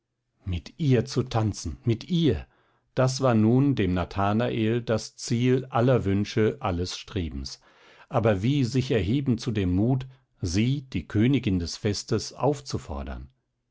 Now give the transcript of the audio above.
mit ihr zu tanzen mit ihr das war nun dem nathanael das ziel aller wünsche alles strebens aber wie sich erheben zu dem mut sie die königin des festes aufzufordern